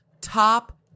top